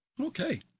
Okay